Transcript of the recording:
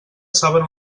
saben